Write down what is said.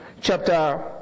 chapter